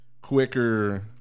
quicker